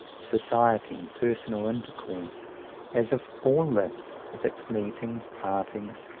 society, personal intercourse as if all this, with its meetings, partings,